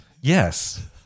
Yes